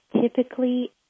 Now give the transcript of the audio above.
typically